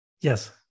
Yes